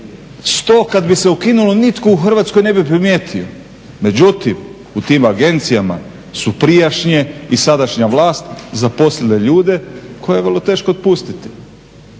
100 kad bi se ukinulo nitko u Hrvatskoj ne bi primijetio. Međutim, u tim agencijama su prijašnje i sadašnja vlast zaposlile ljude koje je vrlo teško otpustiti.